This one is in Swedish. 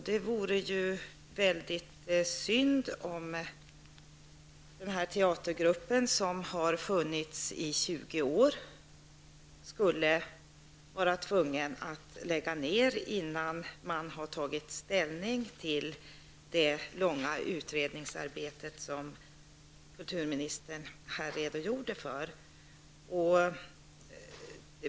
Det vore synd om den här teatergruppen, som har funnits i 20 år, skulle vara tvungen att lägga ner verksamheten innan ställning tagits till det långa utredningsarbete som utbildningsministern här redogjorde för.